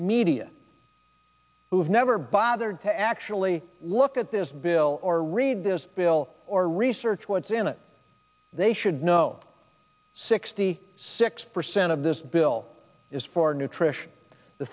media who have never bothered to actually look at this bill or read this bill or research what's in it we should know sixty six percent of this bill is for nutrition the